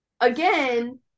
again